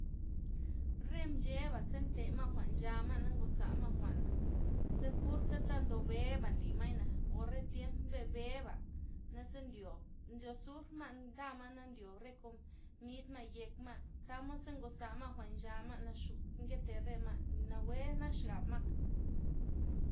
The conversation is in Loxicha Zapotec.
Re mcheba' ze ntema' jwa'n ncha ma' na ngoxa ma' jwa'na, ze pur ta ndo beba' nli ma'yna o re tiemp bebe'ba', naze ndyob ndyozur ma' nda ma'na ndyo re komid ma' yek ma' thamod ze ngozama' jwa'n nchama' naxut nkete re ma', nawe nak xabma'.